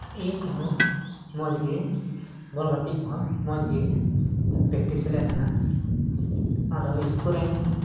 ᱤᱭᱟᱹ ᱠᱚᱦᱚᱸ ᱢᱚᱡᱽᱜᱮ ᱵᱚᱞ ᱜᱟᱛᱮᱜ ᱠᱚᱦᱚᱸ ᱢᱚᱡᱽᱜᱮ ᱯᱨᱮᱠᱴᱤᱥᱮᱫ ᱞᱮ ᱛᱟᱦᱮᱱᱟᱭ ᱟᱫᱚ ᱥᱠᱩᱞ ᱨᱮᱱ